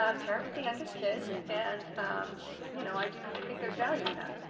um parent with the youngest kids. and you know i do think there's value in that.